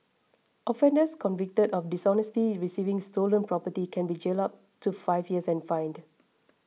offenders convicted of dishonestly receiving stolen property can be jailed up to five years and fined